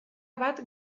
bat